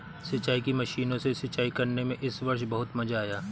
सिंचाई की मशीनों से सिंचाई करने में इस वर्ष बहुत मजा आया